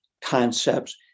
concepts